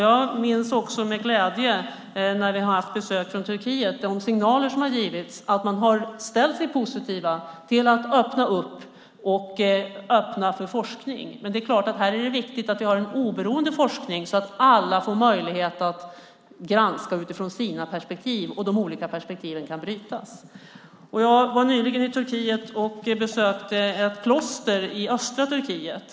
Jag minns med glädje vid besök från Turkiet de signaler som har givits, nämligen att man har ställt sig positiv till att öppna för forskning. Här är det viktigt att det är fråga om oberoende forskning så att alla kan granska utifrån sina perspektiv och att de kan brytas mot varandra. Jag besökte nyligen ett kloster i östra Turkiet.